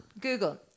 Google